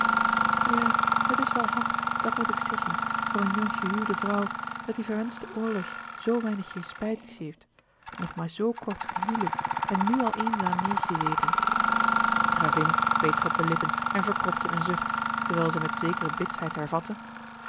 ja het is wel hard dat moet ik zeggen voor eene jonggehuwde vrouw dat die verwenschte oorlog zoo weinig respijt geeft nog maar zoo kort gehijlikt en nu al eenzaam neêrgezeten de gravin beet zich op de lippen en verkropte een zucht terwijl zij met zekere bitsheid hervatte